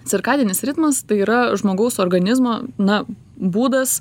cirkadinis ritmas tai yra žmogaus organizmo na būdas